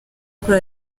kuri